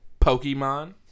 Pokemon